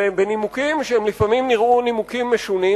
ובנימוקים שלפעמים נראו נימוקים משונים,